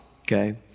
okay